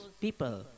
people